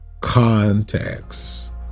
context